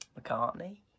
McCartney